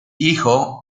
hijo